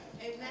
Amen